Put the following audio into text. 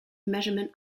measurement